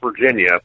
Virginia